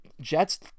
Jet's